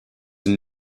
and